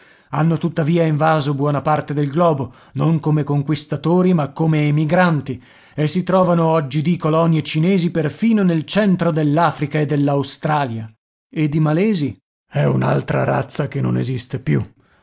hanno tuttavia invaso buona parte del globo non come conquistatori ma come emigranti e si trovano oggidì colonie cinesi perfino nel centro dell'africa e dell'australia ed i malesi è un'altra razza che non esiste più